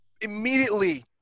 immediately